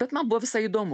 bet man buvo visai įdomu